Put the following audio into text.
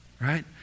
right